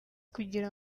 kugira